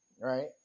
right